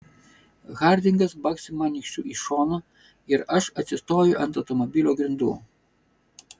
hardingas baksi man nykščiu į šoną ir aš atsistoju ant automobilio grindų